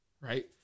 right